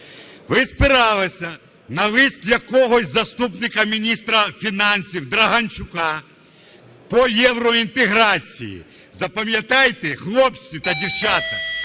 Ви спиралися на лист якогось заступника міністра фінансів Драганчука по євроінтеграції. Запам'ятайте, хлопці та дівчата,